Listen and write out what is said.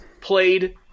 played